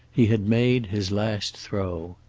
he had made his last throw.